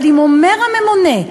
אבל אם אומר הממונה,